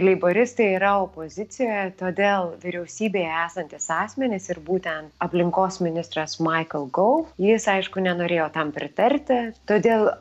leiboristai yra opozicijoje todėl vyriausybėje esantys asmenys ir būtent aplinkos ministras maikl gou jis aišku nenorėjo tam pritarti todėl